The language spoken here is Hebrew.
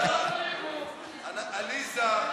עליזה,